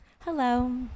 Hello